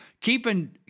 keeping